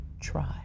Try